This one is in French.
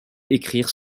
écrire